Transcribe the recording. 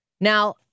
Now